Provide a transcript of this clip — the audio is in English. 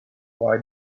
why